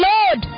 Lord